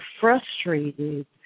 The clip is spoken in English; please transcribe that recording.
frustrated